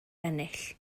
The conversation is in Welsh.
ennill